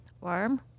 warm